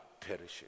perishing